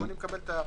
אני מקבל אותה.